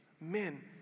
men